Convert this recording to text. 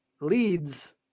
leads